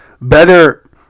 better